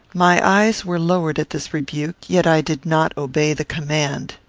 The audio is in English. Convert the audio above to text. my eyes were lowered at this rebuke, yet i did not obey the command.